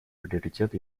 приоритет